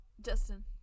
Justin